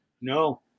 No